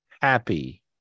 happy